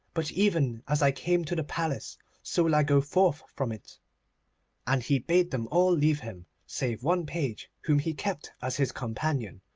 but even as i came to the palace so will i go forth from it and he bade them all leave him, save one page whom he kept as his companion,